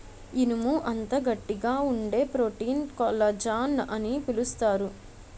ఇనుము అంత గట్టిగా వుండే ప్రోటీన్ కొల్లజాన్ అని పిలుస్తారు